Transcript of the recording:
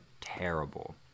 terrible